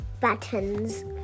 buttons